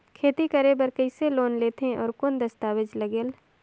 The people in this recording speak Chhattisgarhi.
खेती करे बर कइसे लोन लेथे और कौन दस्तावेज लगेल?